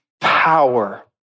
power